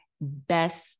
best